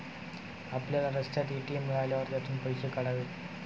आपल्याला रस्त्यात ए.टी.एम मिळाल्यावर त्यातून पैसे काढावेत